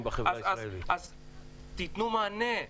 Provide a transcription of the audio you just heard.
תנו מענה.